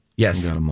Yes